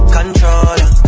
Controller